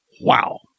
Wow